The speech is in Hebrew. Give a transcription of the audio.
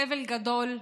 סבל גדול,